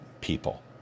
people